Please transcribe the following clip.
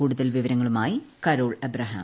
കൂടുതൽ വിവരങ്ങളുമായി Carol Abraham